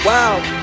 Wow